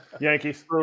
Yankees